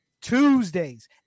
Tuesdays